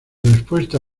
respuesta